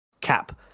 cap